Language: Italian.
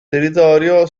territorio